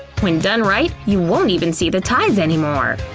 when done right, you won't even see the ties anymore.